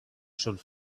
should